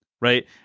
right